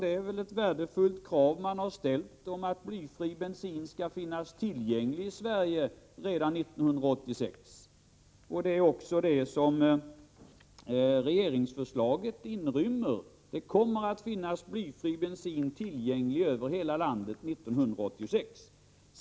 Det är väl ett värdefullt krav man har ställt om att blyfri bensin skall finnas tillgänglig i Sverige redan 1986, och det är också det som regeringsförslaget inrymmer. Blyfri bensin kommer att finnas tillgänglig över hela landet 1986.